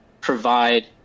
provide